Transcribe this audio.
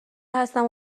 هستم